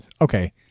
okay